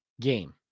game